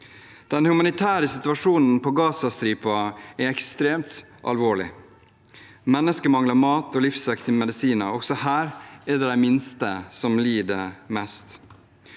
Den humanitære situasjonen på Gazastripen er ekstremt alvorlig. Mennesker mangler mat og livsviktige medisiner, og også her er det de minste som lider mest.